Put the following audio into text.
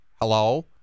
Hello